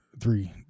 Three